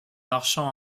marchand